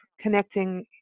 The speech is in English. connecting